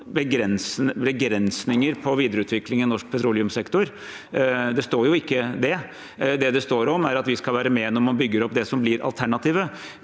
begrensninger på videreutvikling av norsk petroleumssektor i denne avtalen. Det står jo ikke det. Det det står om, er at vi skal være med når man bygger opp det som blir alternativet,